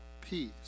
peace